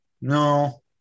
no